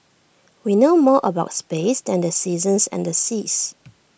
we know more about space than the seasons and the seas